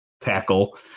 tackle